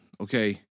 okay